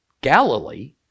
Galilee